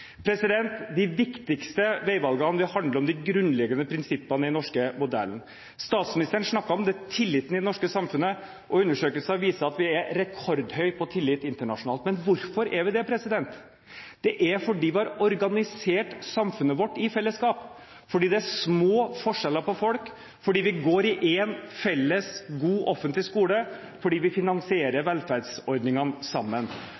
De viktigste veivalgene handler om de grunnleggende prinsippene i den norske modellen. Statsministeren snakket om tilliten i det norske samfunnet. Undersøkelser viser at vi har rekordhøy tillit internasjonalt. Hvorfor har vi det? Det er fordi vi har organisert samfunnet vårt i fellesskap, fordi det er små forskjeller mellom folk, fordi vi går i én felles, god, offentlig skole, fordi vi finansierer velferdsordningene sammen.